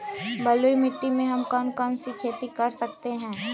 बलुई मिट्टी में हम कौन कौन सी खेती कर सकते हैँ?